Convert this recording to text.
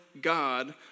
God